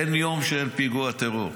אין יום שאין פיגוע טרור,